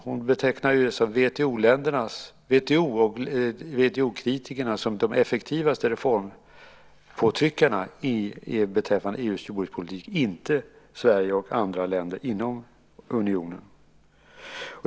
Hon betecknade WTO-kritikerna som de effektivaste reformpåtryckarna beträffande EU:s jordbrukspolitik - inte Sverige och andra länder inom unionen.